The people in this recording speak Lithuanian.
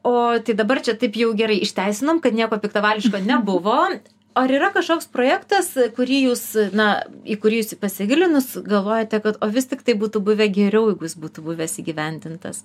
o tai dabar čia taip jau gerai išteisinom kad nieko piktavališko nebuvo ar yra kažkoks projektas kurį jūs na į kurį jūs pasigilinus galvojate kad o vis tiktai būtų buvę geriau jeigu jis būtų buvęs įgyvendintas